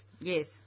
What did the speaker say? Yes